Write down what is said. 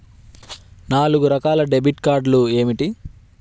నాలుగు రకాల డెబిట్ కార్డులు ఏమిటి?